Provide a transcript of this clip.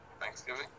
Thanksgiving